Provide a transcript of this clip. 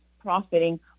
profiting